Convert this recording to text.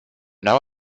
now